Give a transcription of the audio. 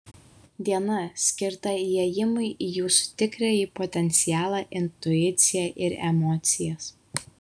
diena skirta įėjimui į jūsų tikrąjį potencialą intuiciją ir emocijas